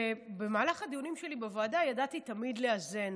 במהלך הדיונים שלי בוועדה ידעתי תמיד לאזן,